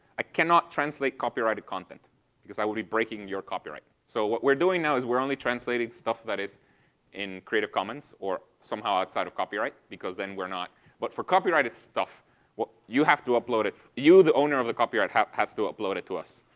i cannot translate copyrighted content because i would be breaking your copyright. so what we're doing now is we're only translating stuff that is in creative commons or somehow it's out of copyright because then we're not but for copyrighted stuff you have to upload it. you the owner of the copyright has to upload it to us.